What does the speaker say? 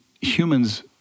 humans